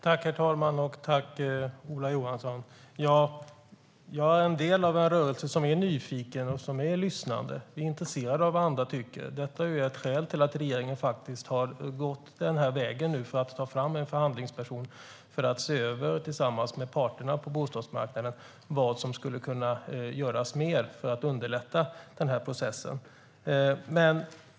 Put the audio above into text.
Herr talman! Jag är en del av en rörelse som är nyfiken och lyssnande. Jag är intresserad av vad andra tycker. Det är ett skäl till att regeringen har gått denna väg för att få fram en förhandlingsperson som tillsammans med parterna på bostadsmarknaden ska se över vad som kan göras mer för att underlätta processen.